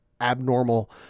abnormal